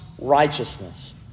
righteousness